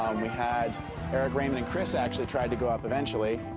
we had eric raymond and chris actually tried to go up eventually.